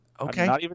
Okay